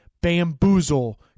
bamboozle